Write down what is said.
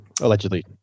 Allegedly